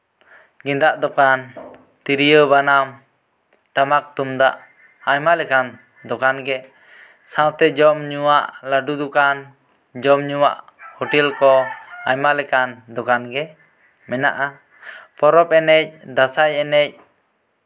ᱜᱮᱸᱫᱟᱜ ᱫᱚᱠᱟᱱ ᱛᱨᱤᱭᱳᱼᱵᱟᱱᱟᱢ ᱴᱟᱢᱟᱠᱼᱛᱩᱢᱫᱟᱜ ᱟᱭᱢᱟ ᱞᱮᱠᱟᱱ ᱫᱚᱠᱟᱱ ᱜᱮ ᱥᱟᱶᱛᱮ ᱡᱚᱢᱼᱧᱩᱣᱟᱜ ᱞᱟᱰᱩ ᱫᱚᱠᱟᱱ ᱡᱚᱢᱼᱧᱩᱣᱟᱜ ᱦᱳᱴᱮᱞ ᱠᱚ ᱟᱭᱢᱟ ᱞᱮᱠᱟᱱ ᱫᱚᱠᱟᱱ ᱜᱮ ᱢᱮᱱᱟᱜᱼᱟ ᱯᱚᱨᱚᱵ ᱮᱱᱮᱡ ᱫᱟᱸᱥᱟᱭ ᱮᱱᱮᱡ